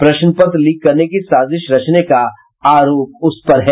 प्रश्न पत्र लीक करने की साजिश रचने का आरोप उस पर है